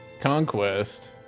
Conquest